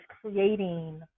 creating